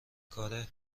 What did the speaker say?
کاره